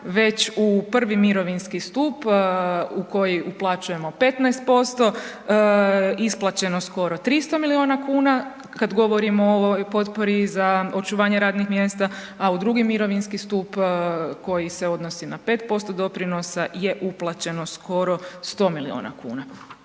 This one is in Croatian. već u prvi mirovinski stup u koji uplaćujemo 15% isplaćeno skoro 300 milijuna kuna, kad govorimo o ovoj potpori za očuvanje radnih mjesta, a u drugi mirovinski stup koji se odnosi na 5% doprinosa je uplaćeno skoro 100 milijuna kuna.